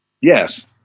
Yes